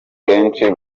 kenshi